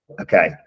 Okay